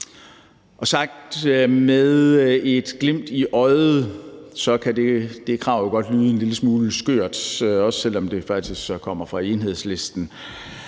Sagt med i et glimt i øjet kan det krav godt lyde en smule skørt, også selv om det faktisk kommer fra Enhedslisten.